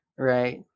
Right